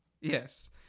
Yes